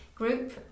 Group